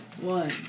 One